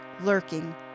lurking